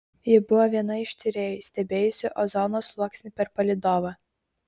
ji buvo viena iš tyrėjų stebėjusių ozono sluoksnį per palydovą